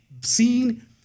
seen